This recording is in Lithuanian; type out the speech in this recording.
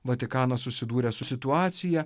vatikanas susidūrė su situacija